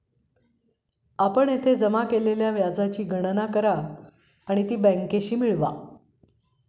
आपण येथे जमा केलेल्या व्याजाची गणना करा आणि ती बँकेशी मिळवा